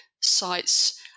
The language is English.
sites